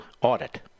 audit